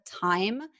time